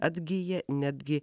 atgija netgi